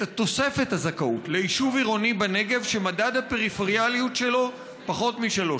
את תוספת הזכאות ליישוב עירוני בנגב שמדד הפריפריאליות שלו פחות מ-3.